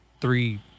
three